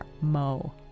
Mo